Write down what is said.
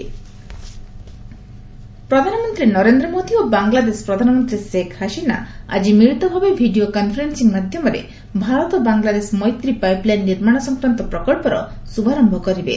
PM Indo Bangla pipeline ପ୍ରଧାନମନ୍ତ୍ରୀ ନରେନ୍ଦ୍ର ମୋଦି ଓ ବାଂଲାଦେଶ ପ୍ରଧାନମନ୍ତ୍ରୀ ଶେଖ୍ ହାସିନା ଆକ୍ଟି ମିଳିତ ଭାବେ ଭିଡ଼ିଓ କନ୍ଫରେନ୍ସିଂ ମାଧ୍ୟମରେ ଭାରତ ବାଂଲାଦେଶ ମୈତ୍ରୀ ପାଇପ୍ଲାଇନ୍ ନିର୍ମାଣ ସଂକ୍ରାନ୍ତ ପ୍ରକଳ୍ପର ଶୁଭାରମ୍ଭ କରିବେ